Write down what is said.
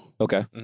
Okay